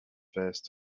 first